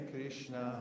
Krishna